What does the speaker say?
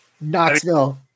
Knoxville